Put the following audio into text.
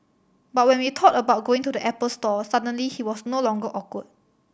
but when we thought about going to the Apple store suddenly he was no longer awkward